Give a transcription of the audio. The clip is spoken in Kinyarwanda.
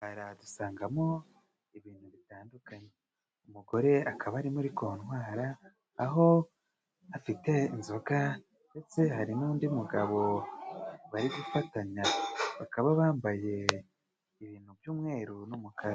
Dusangamo ibintu bitandukanye umugore akaba ari muri kontwara aho afite inzoga ndetse hari n'undi mugabo bari gufatanya bakaba bambaye ibintu by'umweru n'umukara.